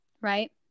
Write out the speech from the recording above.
right